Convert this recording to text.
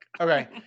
okay